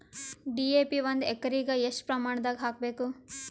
DAP ಒಂದು ಎಕರಿಗ ಎಷ್ಟ ಪ್ರಮಾಣದಾಗ ಹಾಕಬೇಕು?